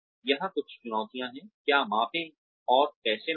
यहाँ कुछ चुनौतियाँ हैं क्या मापें और कैसे मापें